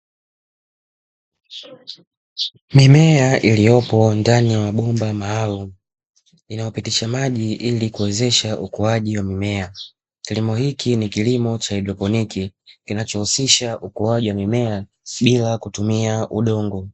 Mimea iliyopo ndani ya mabomba maalumu inayopitisha maji ili kuwezesha ukuaji wa mimea. Kilimo hiki ni kilimo cha haidroponi kinachohusisha ukuaji wa mimea bila kutumia udongo.